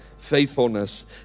Faithfulness